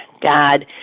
God